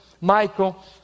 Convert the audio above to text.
Michael